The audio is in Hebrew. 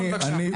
שמעון, בבקשה.